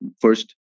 first